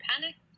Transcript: panicked